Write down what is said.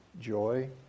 joy